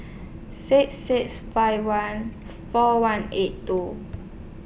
six six five one four one eight two